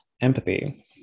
empathy